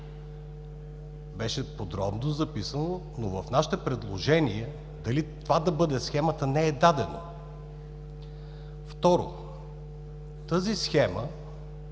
беше подробно записано, но в нашите предложения дали това да бъде схемата, не е дадено. Второ, тази схема